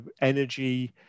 energy